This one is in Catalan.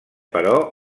però